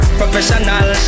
professional